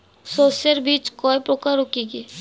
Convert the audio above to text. শস্যের বীজ কয় প্রকার ও কি কি?